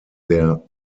der